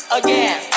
again